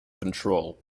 control